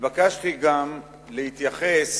נתבקשתי גם להתייחס